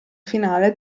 finale